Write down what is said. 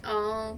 orh